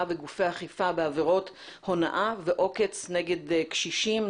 וגופי אכיפה בעבירות הונאה ועוקץ נגד קשישים,